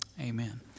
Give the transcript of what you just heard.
amen